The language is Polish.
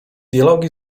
dialogi